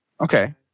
Okay